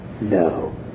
no